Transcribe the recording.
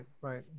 Right